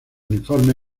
uniforme